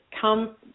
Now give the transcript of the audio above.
come